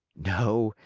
no,